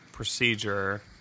procedure